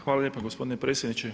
Hvala lijepa gospodine predsjedniče.